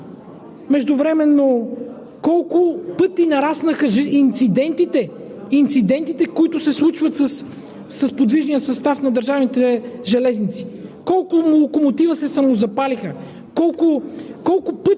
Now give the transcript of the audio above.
6 – 7 години. Колко пъти нараснаха инцидентите, които се случват с подвижния състав на Държавните железници? Колко локомотива се самозапалиха? Колко пъти